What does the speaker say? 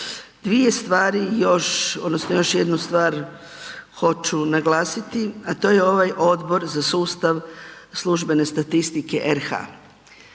Dvije stvari još odnosno još jednu stvar hoću naglasiti, a to je ovaj Odbor za sustav službene statistike RH.